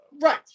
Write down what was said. Right